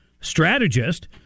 strategist